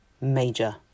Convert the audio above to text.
major